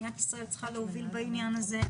מדינת ישראל צריכה להוביל בעניין הזה.